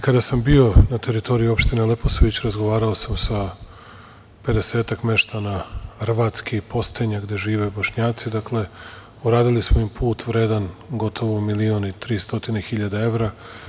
Kada sam bio na teritoriji opštine Leposavić, razgovarao sam sa pedesetak meštana Rvatske i Postenje gde žive bošnjaci, dakle, u radili smo im put vredan gotovo milion i 300 hiljade evra.